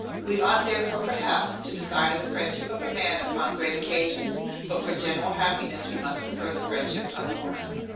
we ought therefore, perhaps, to desire the friendship of a man upon great occasions but, for general happiness, we must prefer the friendship of a woman.